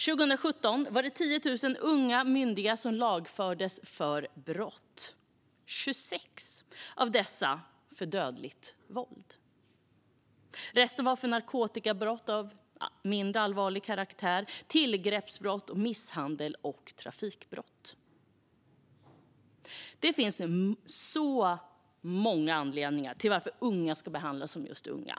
År 2017 var det 10 000 unga myndiga som lagfördes för brott - 26 av dessa för dödligt våld. Resten var för narkotikabrott av mindre allvarlig karaktär, tillgreppsbrott, misshandel och trafikbrott. Det finns många anledningar till att unga ska behandlas som just unga.